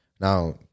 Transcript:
Now